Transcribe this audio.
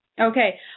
Okay